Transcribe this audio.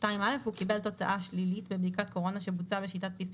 "(2א) הוא קיבל תוצאה שלילית בבדיקת קורונה שבוצעה בשיטת PCR